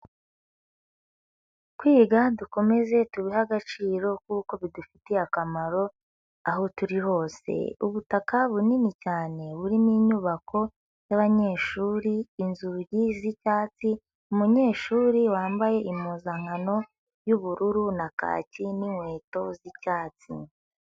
Kwiga dukomeze tubihe agaciro kuko bidufitiye akamaro aho turi hose. Ubutaka bunini cyane burimo inyubako y'abanyeshuri, inzugi z'icyatsi, umunyeshuri wambaye impuzankano y'ubururu na kaki n'inkweto z'icyatsi.